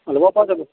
ল'ব পৰা যাব